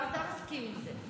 גם אתה מסכים עם זה.